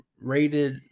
rated